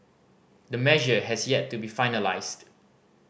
the measure has yet to be finalised